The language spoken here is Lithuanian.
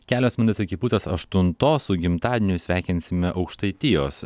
kelios minutės iki pusės aštuntos su gimtadieniu sveikinsime aukštaitijos